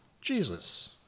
Jesus